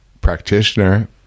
practitioner